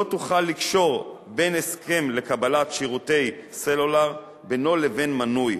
לא יוכל לקשור בין הסכם לקבלת שירותי סלולר בינו לבין מנוי,